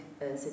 c'est